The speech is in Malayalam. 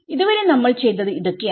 ഇതുവരെ നമ്മൾ ചെയ്തത് ഇതൊക്കെയാണ്